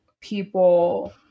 people